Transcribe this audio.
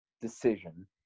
decision